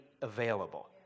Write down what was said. available